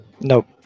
nope